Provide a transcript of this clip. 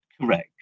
Correct